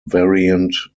variant